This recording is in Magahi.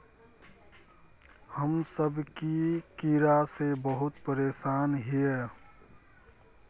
हम सब की कीड़ा से बहुत परेशान हिये?